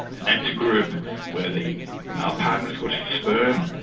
and that's a group where the male partner has got sperm,